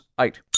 eight